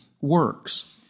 works